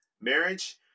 marriage